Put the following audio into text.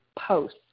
post